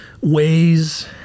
ways